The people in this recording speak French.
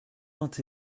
vingt